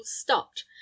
stopped